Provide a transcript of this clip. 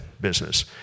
business